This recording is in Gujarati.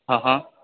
હ હ